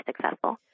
successful